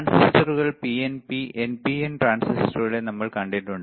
ട്രാൻസിസ്റ്ററുകൾ പിഎൻപിഎൻപിഎൻ ട്രാൻസിസ്റ്ററുകളെ നമ്മൾ കണ്ടിട്ടുണ്ട്